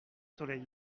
soleil